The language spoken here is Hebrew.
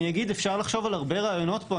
אפשר לחשוב על הרבה רעיונות פה.